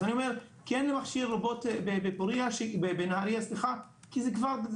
אז אני אומר כן למכשיר רובוט בנהריה כי זה כבר,